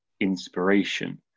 inspiration